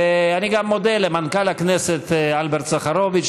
ואני גם מודה למנכ"ל הכנסת אלברט סחרוביץ,